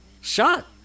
Shot